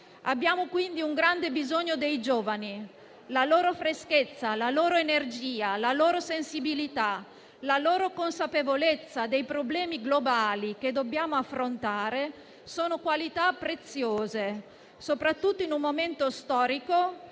Abbiamo quindi un grande bisogno dei giovani. La loro freschezza, la loro energia, la loro sensibilità e la loro consapevolezza dei problemi globali che dobbiamo affrontare sono qualità preziose, soprattutto in un momento storico